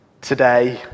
today